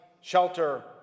shelter